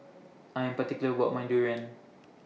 I Am particular about My Durian